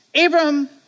Abram